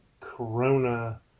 Corona